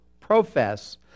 profess